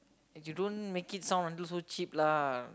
eh you don't make it sound until so cheap lah